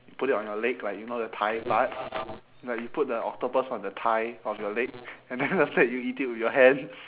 put it on your leg like you know the thigh part like you put the octopus on the thigh of your leg and then after that you eat it with your hands